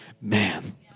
man